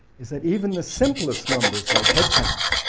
is that even the simplest numbers like headcounts,